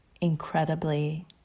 incredibly